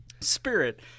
Spirit